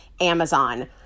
Amazon